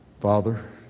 Father